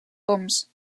oms